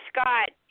Scott